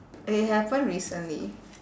it happen recently